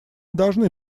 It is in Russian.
должны